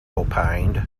opined